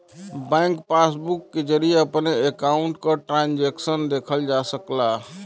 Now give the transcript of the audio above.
bank passbook के जरिये अपने अकाउंट क ट्रांजैक्शन देखल जा सकला